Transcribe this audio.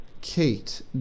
Kate